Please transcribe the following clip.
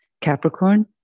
Capricorn